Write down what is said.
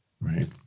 right